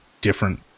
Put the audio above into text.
different